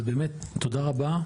אז באמת תודה רבה.